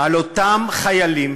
על אותם חיילים,